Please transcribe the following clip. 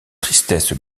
tristesse